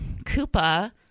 Koopa